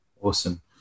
Awesome